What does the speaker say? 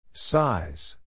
Size